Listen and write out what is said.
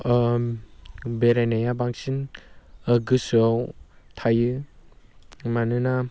बेरायनाया बांसिन गोसोआव थायो मानोना